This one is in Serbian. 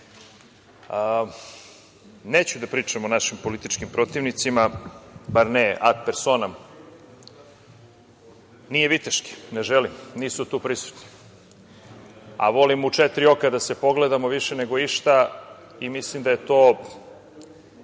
da pričam o našim političkim protivnicima, nije viteški, ne želim, nisu tu prisutni, a volim u četiri oka da se pogledamo više nego išta i mislim da je to